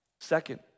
Second